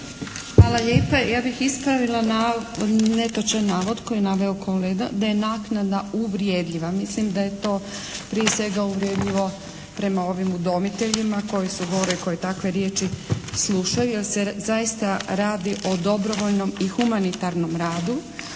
Hvala lijepa. Ja bih ispravila netočan navod koji je naveo kolega, da je naknada uvredljiva. Mislim da je to prije svega uvredljivo prema ovim udomiteljima koji su gore i koji takve riječi slušaju, jer se zaista radi o dobrovoljnom i humanitarnom radu,